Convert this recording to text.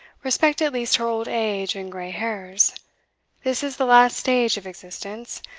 respect at least her old age and grey hairs this is the last stage of existence,